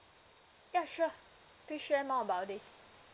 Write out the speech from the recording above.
yeah sure please share more about it